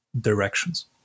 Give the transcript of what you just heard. directions